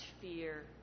fear